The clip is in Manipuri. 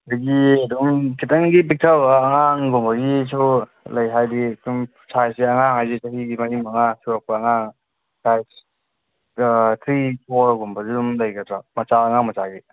ꯑꯗꯒꯤ ꯑꯗꯨꯝ ꯈꯤꯇꯪꯗꯤ ꯄꯤꯛꯊꯕ ꯑꯉꯥꯡꯒꯨꯝꯕꯒꯤꯁꯨ ꯂꯩ ꯍꯥꯏꯗꯤ ꯁꯨꯝ ꯁꯥꯏꯖꯁꯦ ꯑꯉꯥꯡ ꯍꯥꯏꯁꯦ ꯆꯍꯤꯗꯤ ꯃꯔꯤ ꯃꯉꯥ ꯁꯨꯔꯛꯄ ꯑꯉꯥꯡ ꯁꯥꯏꯖ ꯊ꯭ꯔꯤ ꯐꯣꯔꯒꯨꯝꯕꯗ ꯑꯗꯨꯝ ꯂꯩꯒꯗ꯭ꯔꯥ ꯃꯆꯥ ꯑꯉꯥꯡ ꯃꯆꯥꯒꯤ